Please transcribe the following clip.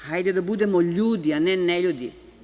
Hajde da budemo ljudi a ne neljudi.